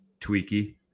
tweaky